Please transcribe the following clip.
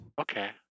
Okay